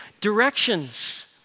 directions